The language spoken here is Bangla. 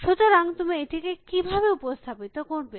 সুতরাং তুমি এটিকে কিভাবে উপস্থাপিত করবে